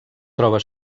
troba